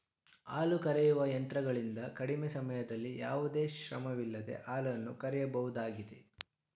ಹಾಲು ಕರೆಯುವ ಯಂತ್ರಗಳಿಂದ ಕಡಿಮೆ ಸಮಯದಲ್ಲಿ ಯಾವುದೇ ಶ್ರಮವಿಲ್ಲದೆ ಹಾಲನ್ನು ಕರೆಯಬಹುದಾಗಿದೆ